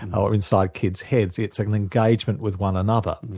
and or inside kids' heads, it's an engagement with one another,